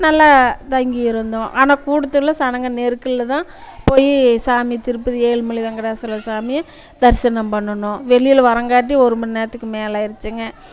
நல்லா தங்கி இருந்தோம் ஆனால் கூட்டத்தில் சனங்கள் நெருக்கலில் தான் போய் சாமி திருப்பதி ஏழுமலை வெங்கடாசல சாமி தரிசனம் பண்ணினோம் வெளியில் வரங்காட்டியும் ஒரு மணி நேரத்துக்கும் மேலே ஆகிடுச்சிங்க